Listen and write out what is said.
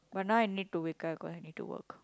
but now I need to wake up cause I need to work